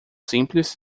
simples